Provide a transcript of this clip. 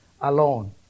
alone